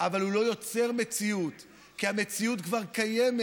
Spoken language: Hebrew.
אבל הוא לא יוצר מציאות, כי המציאות כבר קיימת.